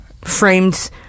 framed